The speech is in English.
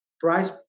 price